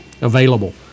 available